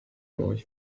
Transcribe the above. noi